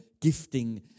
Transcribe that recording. gifting